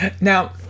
now